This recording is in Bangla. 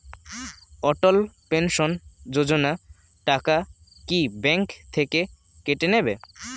অটল পেনশন যোজনা টাকা কি ব্যাংক থেকে কেটে নেবে?